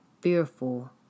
fearful